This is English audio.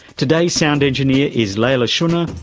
today's sound engineer is leila shunnar,